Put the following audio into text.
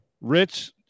Rich